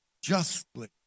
justly